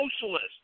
socialist